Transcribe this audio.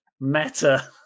meta